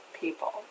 people